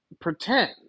pretend